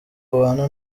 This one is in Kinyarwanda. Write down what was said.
ubana